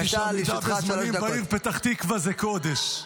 בבקשה, לרשותך שלוש דקות.